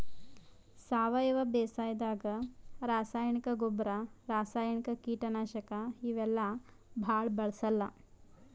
ಸಾವಯವ ಬೇಸಾಯಾದಾಗ ರಾಸಾಯನಿಕ್ ಗೊಬ್ಬರ್, ರಾಸಾಯನಿಕ್ ಕೀಟನಾಶಕ್ ಇವೆಲ್ಲಾ ಭಾಳ್ ಬಳ್ಸಲ್ಲ್